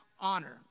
honor